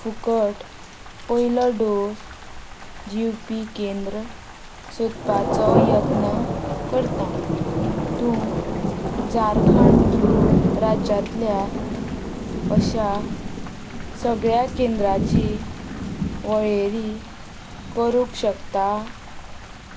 फुकट पयलो डोस दिवपी केंद्र सोदपाचो यत्न करता तूं झारखंड राज्यांतल्या अशा सगळ्या केंद्राची वळेरी करूंक शकता